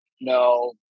no